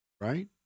Right